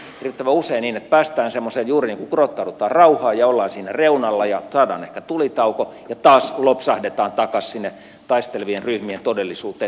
mehän näemme hirvittävän usein että päästään semmoiseen että juuri niin kuin kurottaudutaan rauhaan ja ollaan siinä reunalla ja saadaan ehkä tulitauko ja taas lopsahdetaan takaisin sinne taistelevien ryhmien todellisuuteen